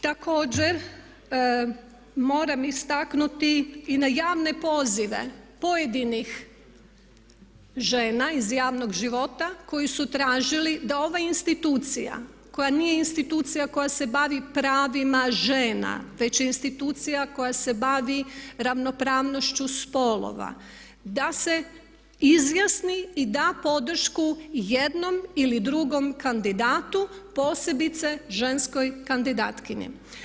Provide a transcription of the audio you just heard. Također, moram istaknuti i na javne pozive pojedinih žena iz javnog života koji su tražili da ovaj institucija koja nije institucija koja se bavi pravima žena već je institucija koja se bavi ravnopravnošću spolova da se izjasni i da podršku jednom ili drugom kandidatu posebice ženskoj kandidatkinji.